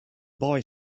boy